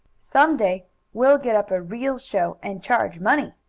some day we'll get up a real show, and charge money,